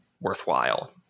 worthwhile